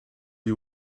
you